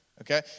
okay